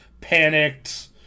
panicked